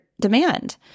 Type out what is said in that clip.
demand